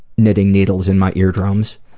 knitting needles in my eardrums.